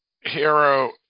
hero